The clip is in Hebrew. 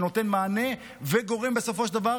שנותן מענה וגורם בסופו של דבר,